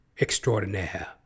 extraordinaire